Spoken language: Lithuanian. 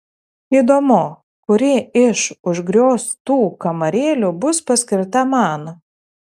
įdomu kuri iš užgrioztų kamarėlių bus paskirta man